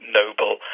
noble